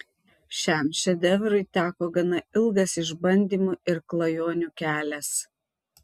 šiam šedevrui teko gana ilgas išbandymų ir klajonių kelias